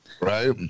Right